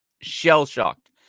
shell-shocked